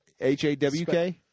h-a-w-k